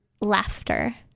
laughter